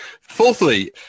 Fourthly